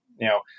Now